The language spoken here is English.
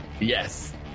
Yes